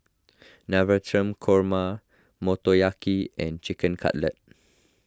Navratan Korma Motoyaki and Chicken Cutlet